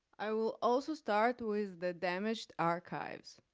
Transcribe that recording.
i will also start with the damaged archives,